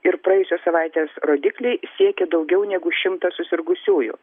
ir praėjusios savaitės rodikliai siekė daugiau negu šimtą susirgusiųjų